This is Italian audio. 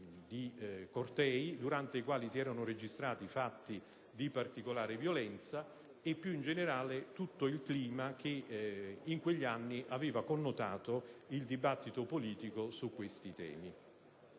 di cortei durante i quali si erano registrati fatti di particolare violenza e, più in generale, tutto il clima che, in quegli anni, aveva connotato il dibattito politico su questi temi.